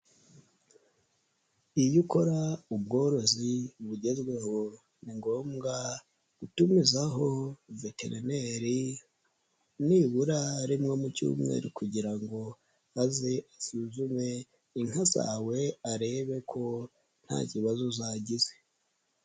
Iyo ukora ubworozi bugezweho ni ngombwa gutumizaho veterineri nibura rimwe mu cyumweru kugira ngo aze asuzume inka zawe arebe ko nta kibazo zagize.